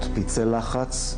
יש חזירות בתא הזרעה,